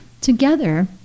together